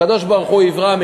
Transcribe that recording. הקדוש-ברוך-הוא "יברא",